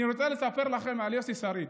אני רוצה לספר לכם על יוסי שריד.